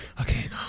Okay